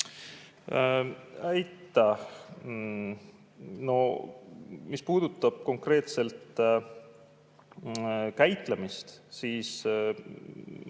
Aitäh! No mis puudutab konkreetselt käitlemist, siis